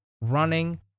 running